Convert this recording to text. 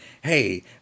Hey